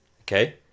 Okay